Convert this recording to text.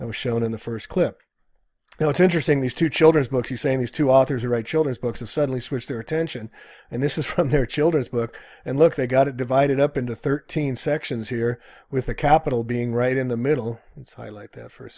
that was shown in the first clip now it's interesting these two children's books he's saying these two authors who write children's books have suddenly switched their attention and this is from their children's book and look they got it divided up into thirteen sections here with a capital being right in the middle and so i like that for a